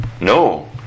No